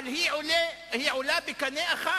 אבל היא עולה בקנה אחד